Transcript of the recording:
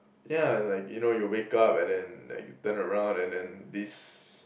yeah like you know you wake up and then like turn around and then this